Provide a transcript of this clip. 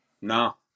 no